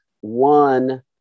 One